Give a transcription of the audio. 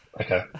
Okay